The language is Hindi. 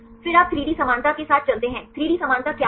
फिर आप 3D समानता के साथ चलते हैं 3D समानता क्या है